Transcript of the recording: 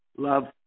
Love